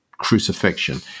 crucifixion